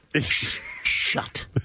Shut